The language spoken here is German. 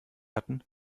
hatten